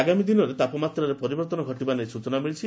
ଆଗାମୀ ଦିନରେ ତାପମାତ୍ରାରେ ପରିବର୍ଭନ ଘଟିବା ନେଇ ସ୍ଟଚନା ମିଳିଛି